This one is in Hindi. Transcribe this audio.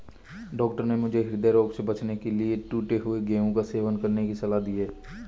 डॉक्टर ने मुझे हृदय रोग से बचने के लिए टूटे हुए गेहूं का सेवन करने की सलाह दी है